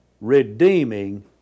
redeeming